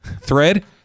thread